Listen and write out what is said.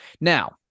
Now